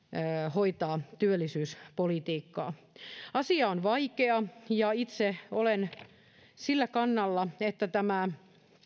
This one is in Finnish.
hoitaa työllisyyspolitiikkaa asia on vaikea ja itse olen sillä kannalla että tämä